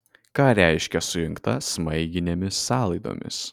ką reiškia sujungta smaiginėmis sąlaidomis